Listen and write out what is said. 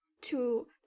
to-